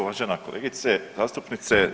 Uvažena kolegice zastupnice.